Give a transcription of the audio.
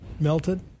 melted